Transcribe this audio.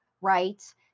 right